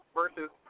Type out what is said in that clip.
versus